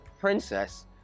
Princess